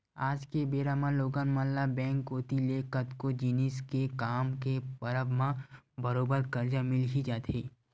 आज के बेरा म लोगन मन ल बेंक कोती ले कतको जिनिस के काम के परब म बरोबर करजा मिल ही जाथे